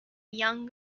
young